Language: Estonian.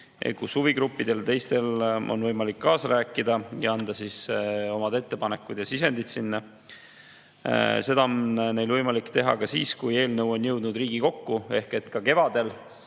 kus huvigruppidel ja teistel on võimalik kaasa rääkida ja anda omad ettepanekud ja sisendid. Seda on neil võimalik teha ka siis, kui eelnõu on jõudnud Riigikokku. Ka kevadel